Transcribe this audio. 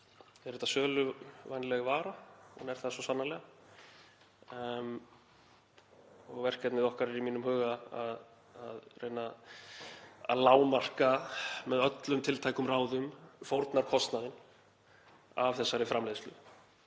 þetta söluvænleg vara? Hún er það svo sannarlega. Verkefnið okkar er í mínum huga að reyna að lágmarka með öllum tiltækum ráðum fórnarkostnaðinn af þessari framleiðslu